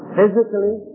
Physically